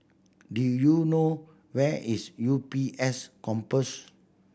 do you know where is U B S Campus